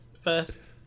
first